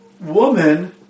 woman